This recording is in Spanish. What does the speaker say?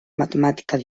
matemáticas